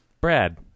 Brad